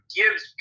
gives